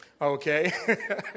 okay